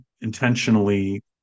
intentionally